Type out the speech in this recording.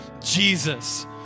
Jesus